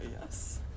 yes